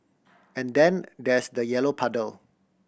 and then there's the yellow puddle